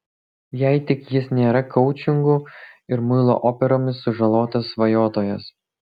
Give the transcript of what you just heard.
jei tik jis nėra koučingu ir muilo operomis sužalotas svajotojas